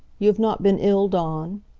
you have not been ill, dawn?